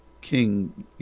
King